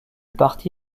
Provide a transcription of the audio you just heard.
parti